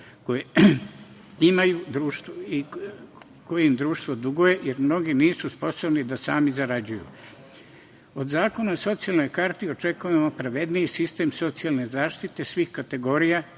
koje im društvo duguje, jer mnogi nisu sposobni da sami zarađuju. Od zakona o socijalnoj karti očekujemo pravedniji sistem socijalne zaštite svih kategorija